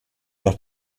nach